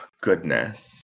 goodness